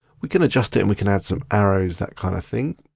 we can adjust it, we can add some arrows, that kind of thing.